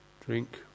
drink